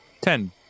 Ten